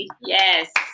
Yes